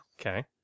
Okay